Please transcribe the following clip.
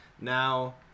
Now